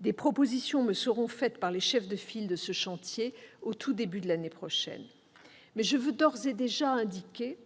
Des propositions me seront faites par les chefs de file de ces chantiers au tout début de l'année prochaine. Je veux cependant d'ores et déjà l'indiquer,